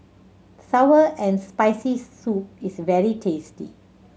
sour and Spicy Soup is very tasty